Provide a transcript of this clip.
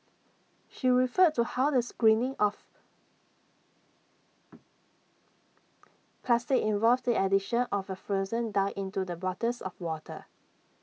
she referred to how the screening of plastic involved the addition of A fluorescent dye into the bottles of water